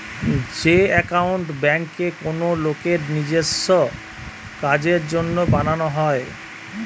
যে একাউন্ট বেঙ্কে কোনো লোকের নিজেস্য কাজের জন্য বানানো হয়